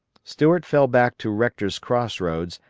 stuart fell back to rector's cross roads,